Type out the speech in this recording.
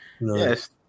Yes